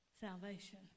salvation